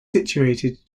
situated